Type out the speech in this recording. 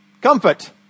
Comfort